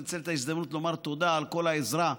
ננצל את ההזדמנות לומר תודה על כל העזרה שלך,